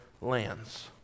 lands